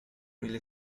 really